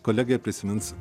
kolegiją prisimins